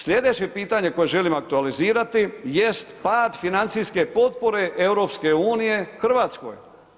Slijedeće pitanje koje želim aktualizirati jest pad financijske potpore EU Hrvatskoj.